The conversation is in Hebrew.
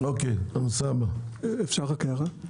אפשר הערה?